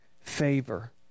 favor